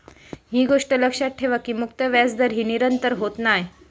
ही गोष्ट लक्षात ठेवा की मुक्त व्याजदर ही निरंतर होत नाय